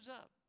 up